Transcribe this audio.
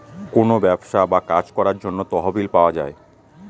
কোনো ব্যবসা বা কাজ করার জন্য তহবিল পাওয়া যায়